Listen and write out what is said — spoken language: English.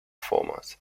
format